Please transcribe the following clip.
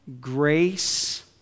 grace